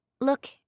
Look